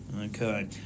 Okay